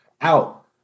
out